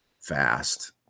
fast